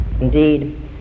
Indeed